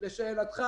לשאלתך,